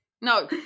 no